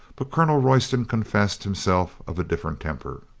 but colonel royston confessed himself of a different temper.